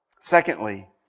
Secondly